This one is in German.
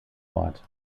ort